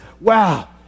Wow